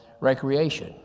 recreation